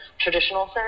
traditional